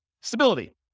Stability